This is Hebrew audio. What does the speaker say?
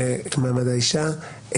מעמד האישה,